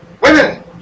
Women